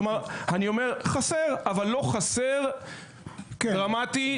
אני אומר שחסר, אבל לא חסר באופן דרמטי.